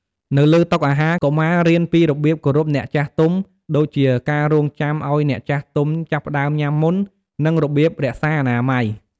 នៅលើតុអាហារ កុមាររៀនពីរបៀបគោរពអ្នកចាស់ទុំ ដូចជាការរង់ចាំឱ្យអ្នកចាស់ទុំចាប់ផ្តើមញ៉ាំមុន និងរបៀបរក្សាអនាម័យ។